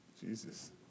Jesus